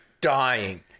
Dying